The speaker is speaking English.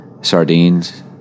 sardines